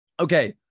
Okay